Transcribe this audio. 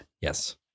Yes